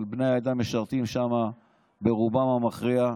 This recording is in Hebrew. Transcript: אבל בני העדה משרתים שם ברובם המכריע,